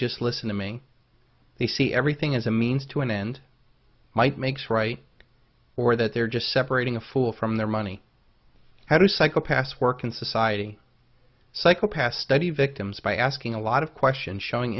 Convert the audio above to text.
just listen to me they see everything as a means to an end might makes right or that they're just separating a fool from their money how do psychopaths work in society psychopaths study victims by asking a lot of questions showing